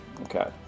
Okay